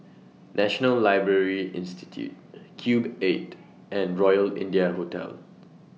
National Library Institute Cube eight and Royal India Hotel